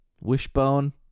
wishbone